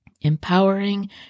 Empowering